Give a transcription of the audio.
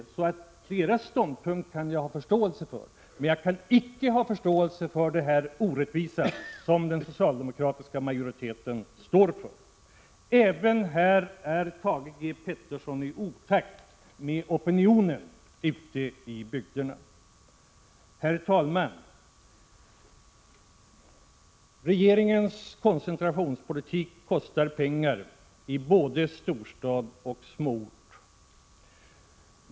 Jag kan ha förståelse för deras ståndpunkt. Men jag kan icke ha någon förståelse för den orättvisa som den socialdemokratiska majoriteten står för. Även här är Thage G. Peterson i otakt med opinionen ute i bygderna. Herr talman! Regeringens koncentrationspolitik kostar pengar både för 23 storstäder och små orter.